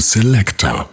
Selector